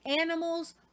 animals